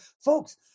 Folks